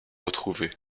retrouvé